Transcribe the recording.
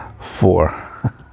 Four